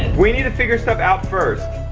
we need to figure stuff out first.